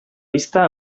vista